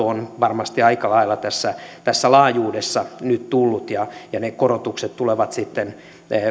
on varmasti aika lailla tässä tässä laajuudessa nyt tullut ja ja ne korotukset tulevat sitten